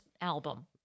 album